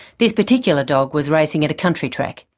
this particular dog was racing at a country track.